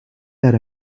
that